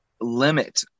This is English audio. limit